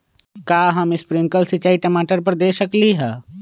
का हम स्प्रिंकल सिंचाई टमाटर पर दे सकली ह?